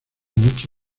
mucha